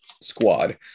squad